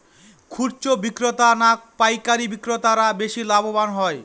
খুচরো বিক্রেতা না পাইকারী বিক্রেতারা বেশি লাভবান হয়?